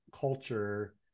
culture